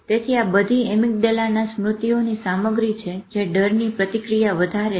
તેથી આ બધી એમીગડાલા સ્મૃતિઓની સામગ્રી છે જે ડરની પ્રતિક્રિયા વધારે છે